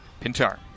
Pintar